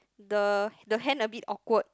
the the hand a bit awkward